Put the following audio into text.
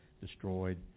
destroyed